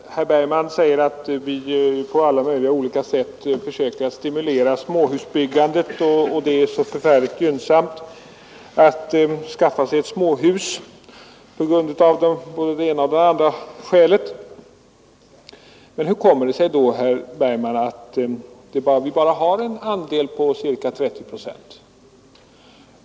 Herr talman! Herr Bergman säger att man på alla möjliga sätt försöker att stimulera småhusbyggandet och att det av olika skäl är så oerhört gynnsamt att skaffa sig ett småhus. Men hur kommer det sig då, herr - Nr 60 Bergman, att vi bara har en småhusandel i bostadsproduktionen på ca 30 Onsdagen den procent?